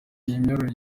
imiyoborere